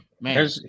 man